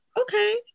okay